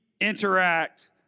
interact